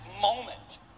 moment